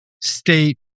state